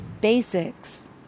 basics